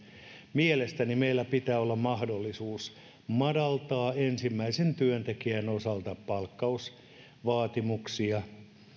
mielestäni meillä pitää olla mahdollisuus madaltaa ensimmäisen työntekijän osalta palkkausvaatimuksia